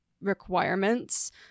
requirements